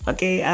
Okay